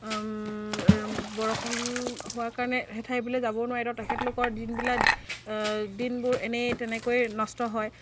বৰষুণ হোৱাৰ কাৰণে হেই ঠাই বুলিয়ে যাব নোৱাৰি আৰু তেখেতলোকৰ দিনবিলাক দিনবোৰ এনেই তেনেকৈ নষ্ট হয়